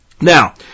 Now